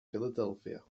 philadelphia